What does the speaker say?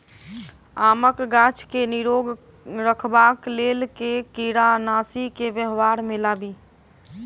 आमक गाछ केँ निरोग रखबाक लेल केँ कीड़ानासी केँ व्यवहार मे लाबी?